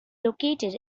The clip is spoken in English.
located